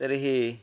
तर्हि